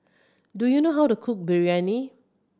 do you know how to cook Biryani